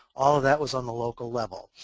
all that was on the local level.